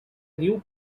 new